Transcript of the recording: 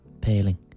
paling